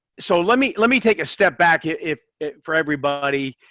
so let me let me take a step back if for everybody.